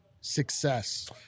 success